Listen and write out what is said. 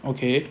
okay